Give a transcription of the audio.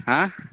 हँ